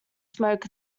smoke